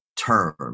term